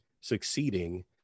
succeeding